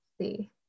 See